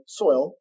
soil